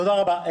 תודה רבה.